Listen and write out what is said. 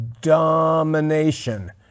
domination